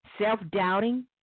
Self-doubting